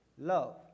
love